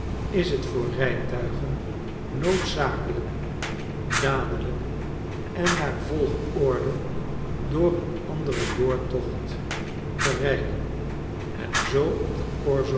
is het voor rijtuigen noodzakelijk dadelijk en naar volgorde door een anderen doortocht te rijden en zoo op